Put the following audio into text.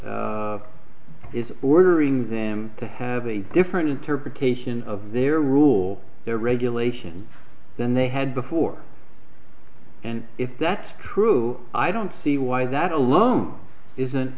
is ordering them to have a different interpretation of their rule their regulations than they had before and if that's true i don't see why that alone isn't